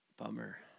bummer